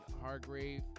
Hargrave